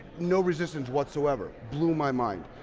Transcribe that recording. no resistance whatsoever, blew my mind.